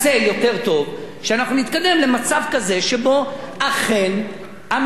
שאנחנו נתקדם למצב כזה שבו אכן המשק יתייצב,